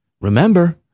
Remember